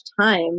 time